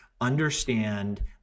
understand